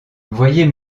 voyez